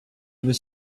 was